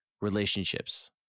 relationships